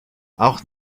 auch